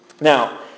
Now